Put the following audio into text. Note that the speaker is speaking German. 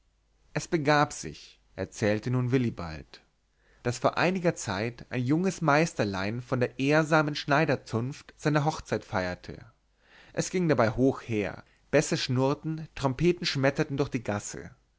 es begab sich erzählte nun willibald daß vor einiger zeit ein junges meisterlein von der ehrsamen schneiderzunft seine hochzeit feierte es ging dabei hoch her bässe schnurrten trompeten schmetterten durch die gasse